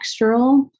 textural